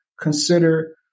consider